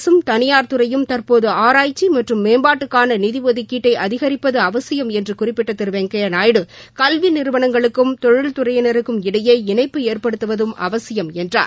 அரசும் தனியார் துறையும் தற்போது ஆராய்ச்சி மற்றும் மேம்பாட்டுக்கான நிதி ஒதுக்கீட்டை அதிகிப்பது அவசியம் என்று குறிப்பிட்ட திரு வெங்கையா நாயுடு கல்வி நிறுவனங்களுக்கும் தொழில்துறையினருக்கும இடையே இணைப்பு ஏற்படுவதும் அவசியம் என்றார்